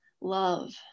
love